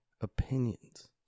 opinions